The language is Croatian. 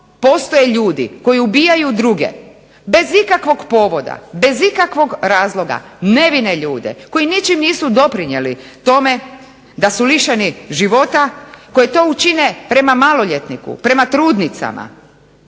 postoje ljudi koji ubijaju druge bez ikakvog povoda, bez ikakvog razloga, nevine ljude koji ničim nisu doprinijeli tome da su lišeni života, koji to učine prema maloljetniku, prema trudnicama,